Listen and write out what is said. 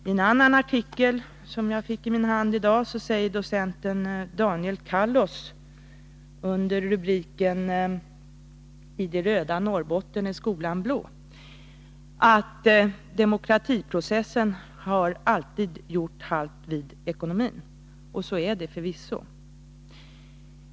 I en annan artikel som jag i dag fick i min hand säger docenten Daniel Kallos under rubriken I det röda Norrbotten — är skolan blå ——-: ”Demokratiprocessen har alltid gjort halt vid ekonomin.” Så är det förvisso.